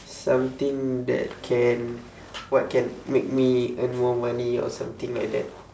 something that can what can make me earn more money or something like that